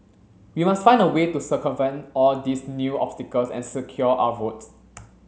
we must find a way to circumvent all these new obstacles and secure our votes